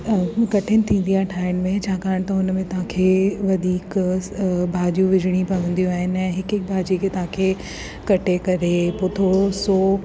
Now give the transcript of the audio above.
कठिन थींदी आहे ठाहिण में छाकाणि त हुन में तव्हांखे वधीक भाॼियूं विझणियूं पवंदियूं आहिनि ऐं हिकु हिकु भाॼी खे तव्हांखे कटे करे पोइ थोरो सो